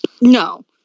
No